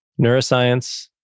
neuroscience